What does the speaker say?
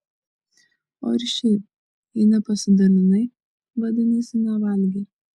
o ir šiaip jei nepasidalinai vadinasi nevalgei